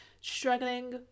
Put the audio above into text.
struggling